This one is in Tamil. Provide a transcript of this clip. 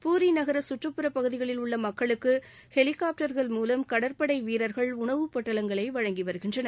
பூரி நகர சுற்றுப்புற பகுதிகளில் உள்ள மக்களுக்கு ஹெலிகாப்டர்கள் மூலம் கடற்படை வீரர்கள் உணவு பொட்டலங்களை வழங்கி வருகின்றனர்